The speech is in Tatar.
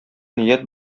ният